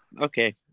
okay